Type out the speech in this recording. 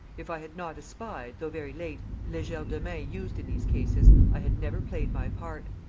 if i had not espied, though very late, legerdemain, used in these cases, i had never played my part.